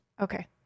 Okay